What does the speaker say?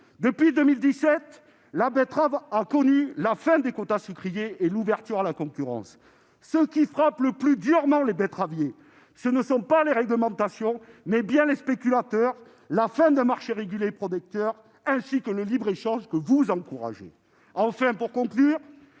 Depuis 2017, la betterave a connu la fin des quotas sucriers et l'ouverture à la concurrence. Ce qui frappe le plus durement les betteraviers, ce ne sont pas les réglementations, mais bien les spéculateurs, la fin d'un marché régulé et protecteur, ainsi que le libre-échange, que vous encouragez. Exactement ! Mes